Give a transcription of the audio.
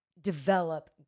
develop